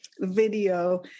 video